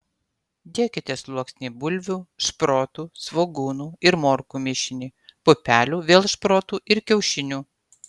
dėkite sluoksnį bulvių šprotų svogūnų ir morkų mišinį pupelių vėl šprotų ir kiaušinių